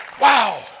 Wow